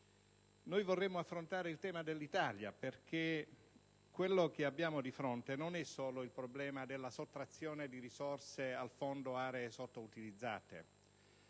quanto ad affrontare il tema dell'Italia. Quello che abbiamo di fronte non è solo il problema della sottrazione di risorse al Fondo aree sottoutilizzate.